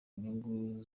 nyungu